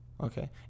Okay